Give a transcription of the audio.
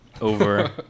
Over